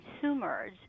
consumers